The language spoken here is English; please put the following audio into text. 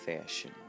fashion